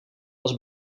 was